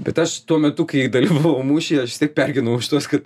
bet aš tuo metu kai dalyvavau mūšyje aš vis tiek pergyvenau už tuos kad